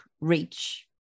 reach